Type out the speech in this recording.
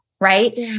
Right